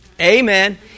Amen